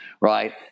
right